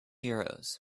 euros